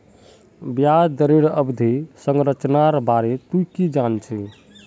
ब्याज दरेर अवधि संरचनार बारे तुइ की जान छि